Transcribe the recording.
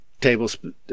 tablespoon